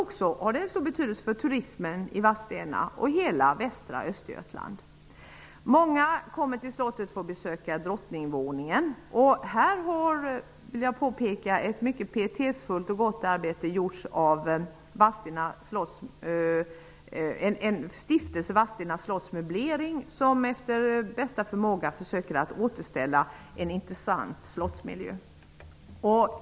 Det har stor betydelse för turismen i Vadstena och hela västra Östergötland. Många kommer till slottet för att besöka drottningvåningen. Jag vill påpeka att med den har ett mycket gott och pietetsfullt arbete gjorts av en stiftelse, Vadstena slotts möblering, som efter bästa förmåga försöker återställa en intressant slottsmiljö.